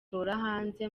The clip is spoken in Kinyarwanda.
hanze